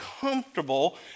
comfortable